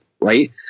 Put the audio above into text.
right